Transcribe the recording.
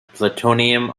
plutonium